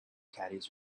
caddies